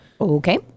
Okay